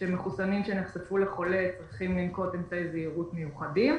שמחוסנים שנחשפו לחולה צריכים לנקוט אמצעי זהירות מיוחדים.